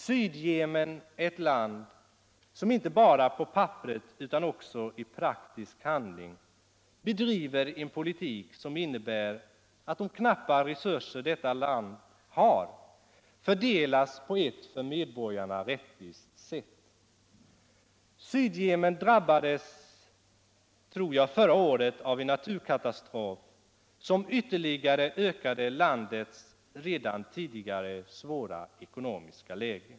Sydyemen är ett land som inte bara på papperet utan också i praktisk handling bedriver en politik som innebär att de knappa resurser detta land har fördelas på ett för medborgarna rättvist sätt. Sydvemen drabbades förra året — tror jag — av en naturkatastrof som ytterligare förvärrade landets redan tidigare svåra ekonomiska läge.